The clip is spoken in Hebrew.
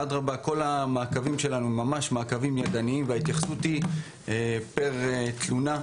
כל המעקבים שלנו הם ממש מעקבים ידניים וההתייחסות היא פר תלונה.